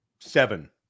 seven